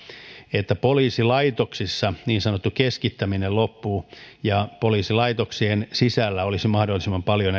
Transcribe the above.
että poliisilaitoksissa niin sanottu keskittäminen loppuu ja poliisilaitoksien sisällä olisi mahdollisimman paljon